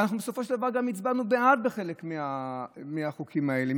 אנחנו בסופו של דבר גם הצבענו בעד חלק מהחוקים האלה,